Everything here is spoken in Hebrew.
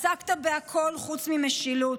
עסקת בהכול חוץ ממשילות,